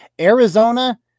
arizona